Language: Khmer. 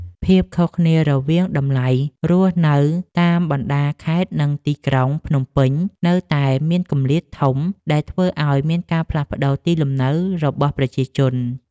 ភាពខុសគ្នារវាងតម្លៃរស់នៅតាមបណ្តាខេត្តនិងទីក្រុងភ្នំពេញ នៅតែមានគម្លាតធំដែលធ្វើឱ្យមានការផ្លាស់ទីលំនៅរបស់ប្រជាជន។